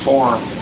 Form